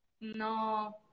No